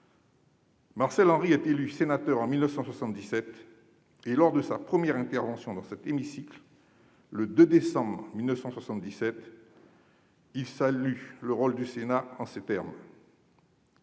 Marcel Henry est élu sénateur en 1977. Lors de sa première intervention dans cet hémicycle, le 2 décembre 1977, il salue le rôle du Sénat en ces termes